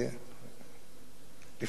לפני דקות עניתי בשם שר הביטחון,